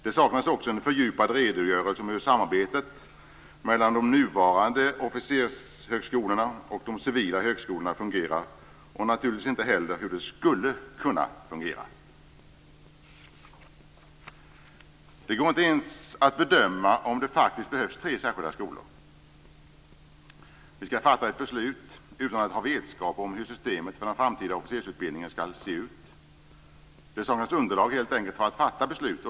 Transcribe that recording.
Det saknas också en fördjupad redogörelse för hur samarbetet mellan de nuvarande officershögskolorna och de civila högskolorna fungerar. Naturligtvis finns det inte heller något om hur det skulle kunna fungera. Det går inte ens att bedöma om det faktiskt behövs tre särskilda skolor. Vi skall fatta ett beslut utan att ha vetskap om hur systemet för den framtida officersutbildningen skall se ut. Det saknas helt enkelt underlag för att fatta beslut.